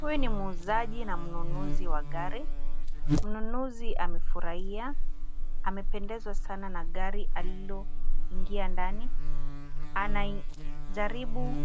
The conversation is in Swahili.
Huyu ni muuzaji na mnunuzi wa gari. Mnunuzi amefurahia, amependezwa sana na gari aliloingia ndani anaijaribu